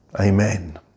amen